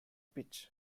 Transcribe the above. pitch